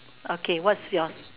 okay what's yours